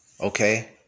Okay